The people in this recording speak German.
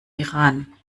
iran